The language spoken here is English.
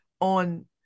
on